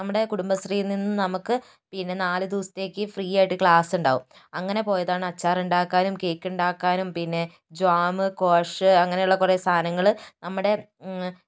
നമ്മുടെ കുടുംബശ്രീയിൽ നിന്ന് നമുക്ക് പിന്നെ നാല് ദിവസത്തേക്ക് ഫ്രീ ആയിട്ട് ക്ലാസ്സുണ്ടാകും അങ്ങനെ പോയതാണ് അച്ചാറുണ്ടാക്കാനും കേക്കുണ്ടാക്കാനും പിന്നെ ജാമ് സ്ക്വാഷ് അങ്ങനെയുള്ള കുറെ സാധനങ്ങള് നമ്മുടെ